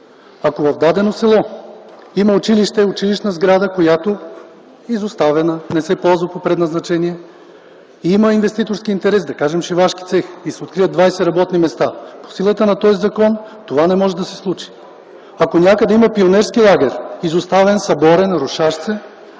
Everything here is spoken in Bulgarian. Ако в дадено село има училищна сграда, която е изоставена, не се използва по предназначение и има инвеститорски интерес – да кажем шивашки цех и се откриват 20 работни места, по силата на този закон това не може да се случи. Ако някъде има пионерски лагер – изоставен, съборен, рушащ се,